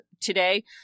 today